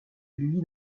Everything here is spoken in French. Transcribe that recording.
lui